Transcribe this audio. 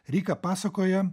rika pasakoja